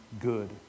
good